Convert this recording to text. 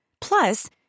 Plus